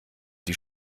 die